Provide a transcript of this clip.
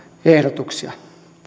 ehdotuksia